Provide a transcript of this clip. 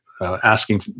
Asking